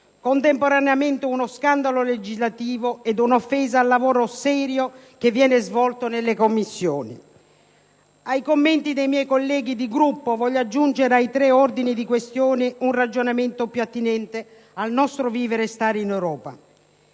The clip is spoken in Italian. contemporaneamente uno scandalo legislativo e un'offesa al lavoro serio che viene svolto nelle Commissioni. Ai commenti dei miei colleghi di Gruppo su questi tre ordini di questioni, voglio aggiungere un ragionamento più attinente al nostro vivere e stare in Europa.